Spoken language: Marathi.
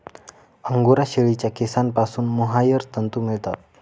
अंगोरा शेळीच्या केसांपासून मोहायर तंतू मिळतात